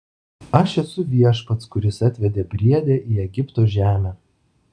aš esu viešpats kuris atvedė briedę į egipto žemę